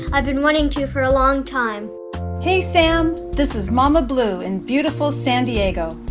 i've been wanting to for a long time hey, sam. this is mama blue in beautiful san diego.